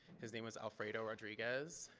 his name was alfredo rodriguez.